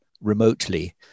remotely